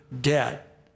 debt